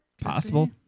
Possible